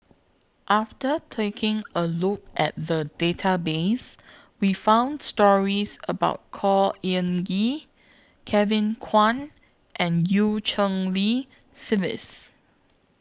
after taking A Look At The Database We found stories about Khor Ean Ghee Kevin Kwan and EU Cheng Li Phyllis